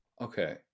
Okay